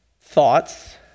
thoughts